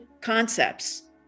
concepts